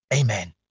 amen